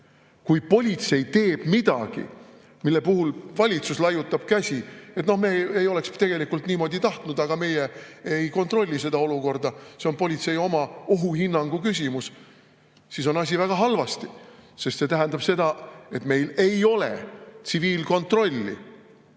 Kui politsei teeb midagi, mille peale valitsus laiutab käsi, et me ei oleks tegelikult niimoodi tahtnud, aga meie ei kontrolli seda olukorda, see on politsei oma ohuhinnangu küsimus, siis on asi väga halvasti, sest see tähendab seda, et meil ei ole tsiviilkontrolli